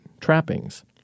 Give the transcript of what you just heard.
Trappings